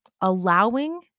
Allowing